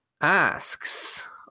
asks